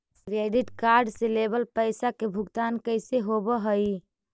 Credit card से लेवल पैसा के भुगतान कैसे होव हइ?